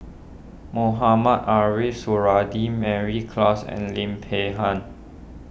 Mohamed Ariff Suradi Mary Klass and Lim Peng Han